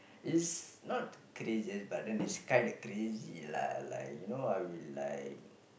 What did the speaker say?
is not craziest but then is kind of crazy lah you know I would like